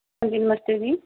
ਹਾਂਜੀ ਨਮਸਤੇ ਜੀ